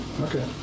Okay